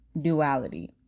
Duality